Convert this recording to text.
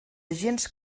gens